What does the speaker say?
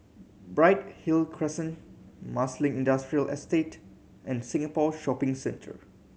Bright Hill Crescent Marsiling Industrial Estate and Singapore Shopping Centre